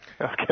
Okay